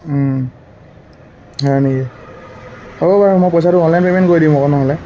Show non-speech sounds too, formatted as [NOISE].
হয় নেকি হ'ব বাৰু মই পইচাটো অনলাইন পেমেণ্ট কৰি দিম [UNINTELLIGIBLE] নহ'লে